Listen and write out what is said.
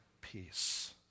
peace